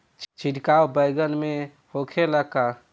छिड़काव बैगन में होखे ला का?